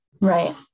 Right